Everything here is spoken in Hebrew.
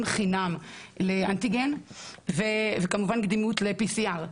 לבדיקות אנטיגן בחינם וכמובן לקדימות ל-PCR.